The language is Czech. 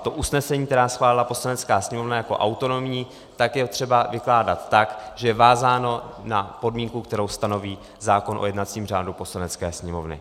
To usnesení, které schválila Poslanecká sněmovna jako autonomní, je třeba vykládat tak, že je vázáno na podmínku, kterou stanoví zákon o jednacím řádu Poslanecké sněmovny.